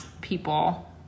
people